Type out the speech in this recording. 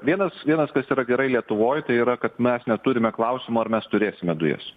vienas vienas kas yra gerai lietuvoj tai yra kad mes neturime klausimo ar mes turėsime dujas